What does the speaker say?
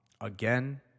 again